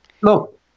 Look